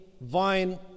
vine